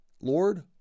Lord